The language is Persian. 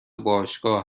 باشگاه